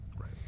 right